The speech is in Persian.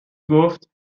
گفتاگر